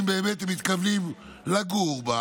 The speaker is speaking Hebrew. אם באמת הם מתכוונים לגור בה